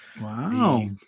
Wow